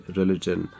religion